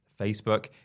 Facebook